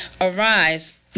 Arise